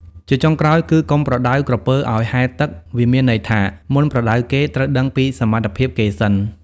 ជាចុងក្រោយគឹ កុំប្រដៅក្រពើឪ្យហែលទឹក វាមានន័យថា មុនប្រដៅគេ ត្រូវដឹងពីសមត្ថភាពគេសិន ។